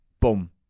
Boom